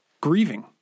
grieving